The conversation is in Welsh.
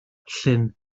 llyn